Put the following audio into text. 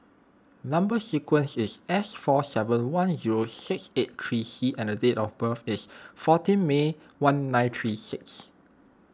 Number Sequence is S four seven one zero six eight three C and date of birth is fourteen May one nine three six